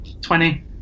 Twenty